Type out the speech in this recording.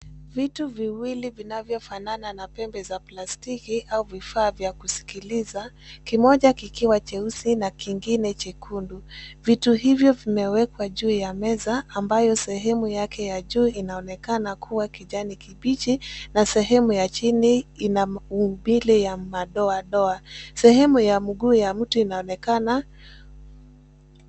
Vitu viwili vinavyofanana na pembe za plastiki au vifaa vya kusikiliza kimoja kikiwa cheusi na kingine chekundu. Vitu hivyo vimewekwa juu ya meza ambayo sehemu yake ya juu inaonekana kuwa kijani kibichi na sehemu ya chini ina uumbile ya madoadoa. Sehemu ya mguu ya mtu inaonekana.